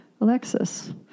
Alexis